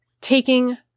taking